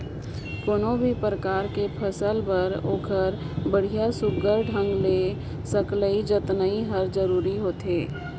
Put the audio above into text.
कोनो भी परकार के फसल बर ओखर बड़िया सुग्घर ढंग ले सकलई जतनई हर जरूरी होथे